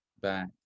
back